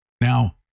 Now